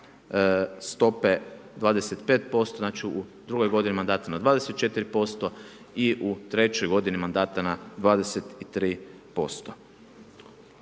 stope 25% znači u drugoj godini mandata na 24% i u trećoj godini mandata na 23%.